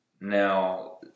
Now